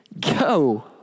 Go